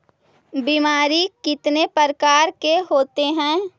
बीमारी कितने प्रकार के होते हैं?